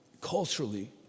culturally